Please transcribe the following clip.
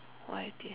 what is this